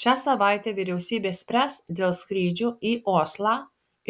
šią savaitę vyriausybė spręs dėl skrydžių į oslą